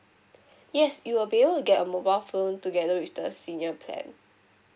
yes you will be able to get a mobile phone together with the senior plan